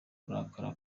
kurakara